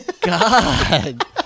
God